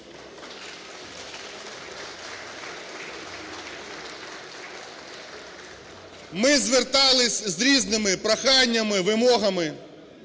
Ми зверталися з різними проханнями, вимогами,